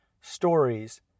stories